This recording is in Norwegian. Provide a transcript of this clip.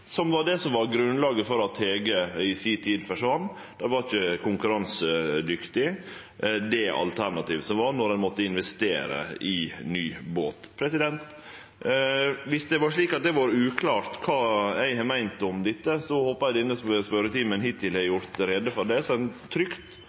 som var grunnlaget for at M/S Tege i si tid forsvann. Det var ikkje konkurransedyktig, det alternativet som var. Ein måtte investere i ny båt. Viss det har vore uklart kva eg har meint om dette, håper eg denne spørjetimen hittil har